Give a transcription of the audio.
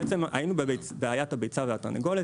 בעצם היינו בבעיית הביצה והתרנגולת.